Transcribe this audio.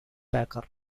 packer